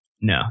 No